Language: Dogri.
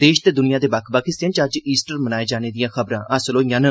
देश ते द्निया दे बक्ख बक्ख हिस्सें च अज्ज ईस्टर मनाए जाने दिआं खबरां हासल होआ'रदिआं न